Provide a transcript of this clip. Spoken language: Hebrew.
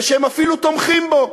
והם אפילו תומכים בו: